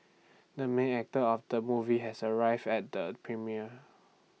the main actor of the movie has arrive at the premiere